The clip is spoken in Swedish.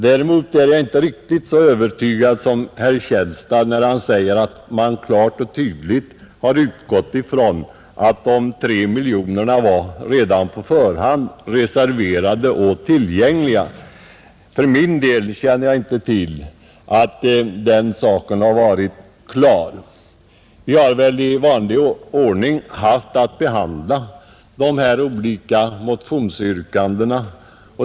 Däremot är jag inte riktigt lika övertygad som herr Källstad, när han säger att man klart och tydligt har utgått från att de 3 miljoner kronorna redan på förhand var reserverade och tillgängliga. För min del känner jag inte till att den saken har varit klar. Vi har väl i vanlig ordning haft att behandla de olika motionsyrkandena.